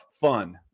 fun